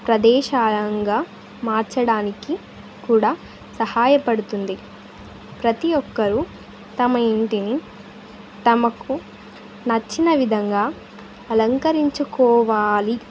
ప్రదేశంగా మార్చడానికి కూడా సహాయపడుతుంది ప్రతి ఒక్కరూ తమ ఇంటిని తమకు నచ్చిన విధంగా అలంకరించుకోవాలి